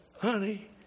Honey